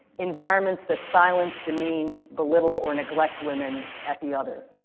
environments that silence, demean, belittle, or neglect women at the other.